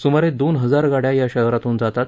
सुमारे दोन हजार गाड्या या शहरातून जातात